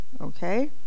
Okay